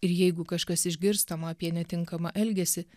ir jeigu kažkas išgirstama apie netinkamą elgesį